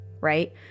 right